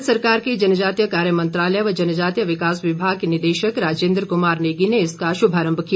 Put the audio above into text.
भारत सरकार के जनजातीय कार्य मंत्रालय व जनजातीय विकास विभाग के निदेशक राजेन्द्र कुमार नेगी ने इसका शुभारंभ किया